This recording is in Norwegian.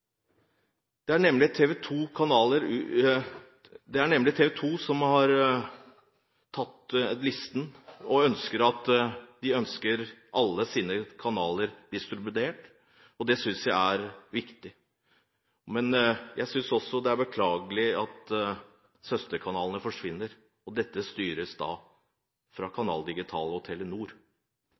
Det er nemlig TV 2 som har tatt listen og ønsker alle sine kanaler distribuert, og det synes jeg er viktig. Men jeg synes også det er beklagelig at søsterkanalene forsvinner, og dette styres fra Canal Digital og